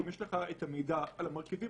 אם יש לך את המידע על המרכיבים,